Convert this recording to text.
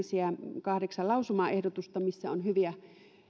siellä kahdeksan lausumaehdotusta missä on hyviä